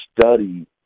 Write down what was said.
study